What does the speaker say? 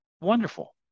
wonderful